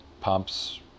pumps